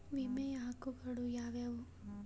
ವಿಮೆಯ ಹಕ್ಕುಗಳು ಯಾವ್ಯಾವು?